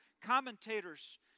commentators